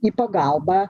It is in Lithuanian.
į pagalbą